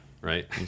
Right